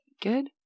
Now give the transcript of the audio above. Good